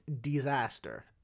disaster